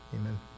amen